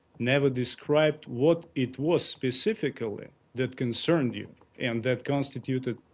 never described what it was specifically that concerned you and that constituted